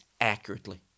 accurately